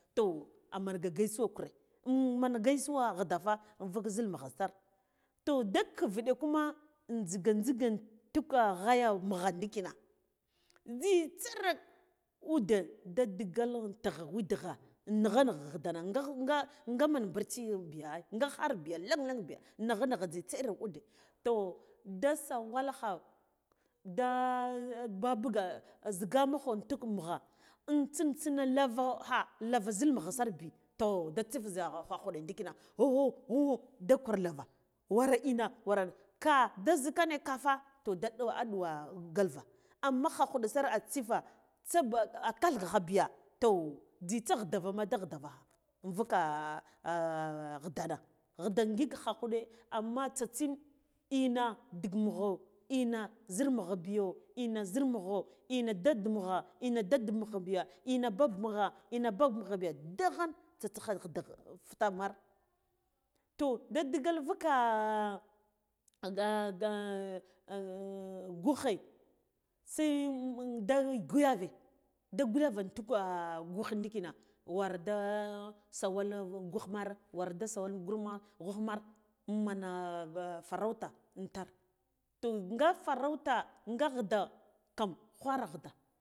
To amenga gasuwa kure inman gaisuna ghida fa invuk zil mugha sar to da khiviɗe kuma in jzigan jzigan intuk ghaya mugha ndikna jzitsa rek ude da digal witgha witgha nɨgha nigha ghidana nga nga man boci biya ai nga kharbiya lanlan biya nigha nigha jzitaa iri ude to da sawal kha da bubuga zigamuho intuk mugha in tsintisna lavo ha lavo zil mugha sir biya toh da tsif zaro kha khuɗe ndikina khakho khakho khokho da gwar lavi ware ina warna ka da zikana ka fa toh da aɗuwa galva amma khakuɗe sar atsita tsaba akal gakha biya toh jzitsa ghidavama da ghidava ha invuka ghidana ghidan ngik khakuɗe amma tsatsin ina dik mugho ina zir mugha biyo ina zir mugho ina dad mugha ina dada mugha biyu in bab mugha ina bab mugha biyu daghan tsaskha ghida futa mar toh da digal vuka gughe se da guyave da guyave intuk gugh ndiking wur da sawul gugh mar warda sawal gur mar gugh mar mana farauta intar to nga farauta nga ghida kam ghwara ghida.